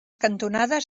cantonades